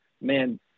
man